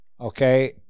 okay